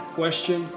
question